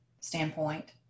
standpoint